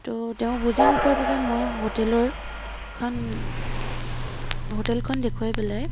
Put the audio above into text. তো তেওঁ বুজি নোপোৱাৰ বাবে মই হোটেলৰখন হোটেলখন দেখুৱাই পেলাই